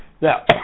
Now